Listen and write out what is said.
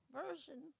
version